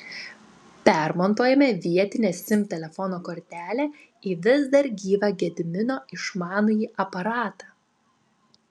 permontuojame vietinę sim telefono kortelę į vis dar gyvą gedimino išmanųjį aparatą